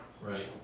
Right